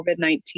COVID-19